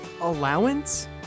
Allowance